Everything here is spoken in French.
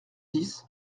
dix